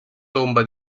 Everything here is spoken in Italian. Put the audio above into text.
tomba